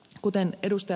kuten ed